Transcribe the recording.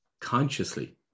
consciously